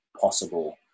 possible